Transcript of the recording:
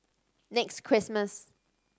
next Christmas